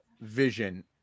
Vision